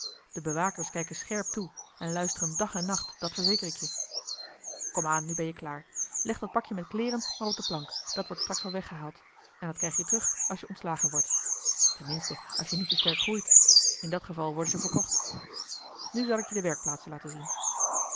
de bewakers kijken scherp toe en luisteren dag en nacht dat verzeker ik je kom aan nu ben je klaar leg dat pakje met kleeren maar op de plank dat wordt straks wel weggehaald en dat krijg je terug als je ontslagen wordt ten minste als je niet te sterk groeit in dat geval worden ze verkocht nu zal ik je de werkplaatsen laten zien